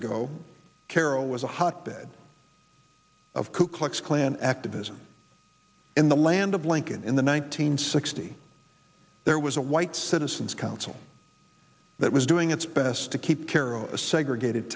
ago carol was a hotbed of ku klux klan activism in the land of lincoln in the one nine hundred sixty there was a white citizens council that was doing its best to keep kero a segregated